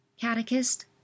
catechist